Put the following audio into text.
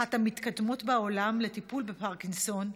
אחת המתקדמות בעולם לטיפול בפרקינסון,